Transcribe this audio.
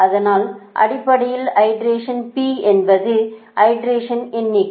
அதனால் அடிப்படையில் ஐட்ரேஷன்P என்பது ஐட்ரேஷனின் எண்ணிக்கை